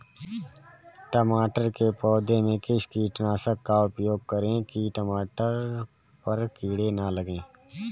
टमाटर के पौधे में किस कीटनाशक का उपयोग करें कि टमाटर पर कीड़े न लगें?